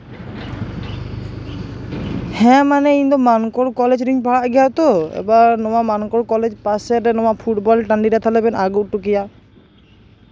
ᱦᱮᱸ ᱢᱟᱱᱮ ᱤᱧ ᱫᱚ ᱢᱟᱱᱠᱚᱨ ᱠᱚᱞᱮᱡᱽ ᱨᱤᱧ ᱯᱟᱲᱦᱟᱜ ᱜᱮᱭᱟ ᱛᱚ ᱮᱵᱟᱨ ᱱᱚᱣᱟ ᱢᱟᱱᱠᱚᱨ ᱠᱚᱞᱮᱡᱽ ᱯᱟᱥᱮ ᱨᱮ ᱱᱚᱣᱟ ᱯᱷᱩᱴᱵᱚᱞ ᱴᱟ ᱰᱤ ᱨᱮ ᱛᱟᱦᱞᱮ ᱵᱮᱱ ᱟ ᱜᱩ ᱦᱚᱴᱚ ᱠᱮᱭᱟ